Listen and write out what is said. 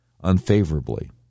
unfavorably